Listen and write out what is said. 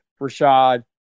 Rashad